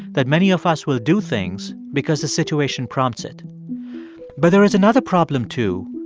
that many of us will do things because the situation prompts it but there is another problem, too,